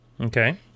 Okay